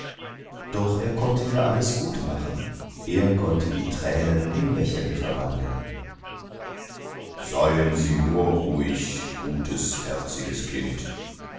doch er konnte ja alles gut machen er konnte die tränen in lächeln verwandeln seien sie nur ruhig gutes herziges kind